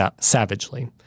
savagely